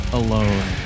alone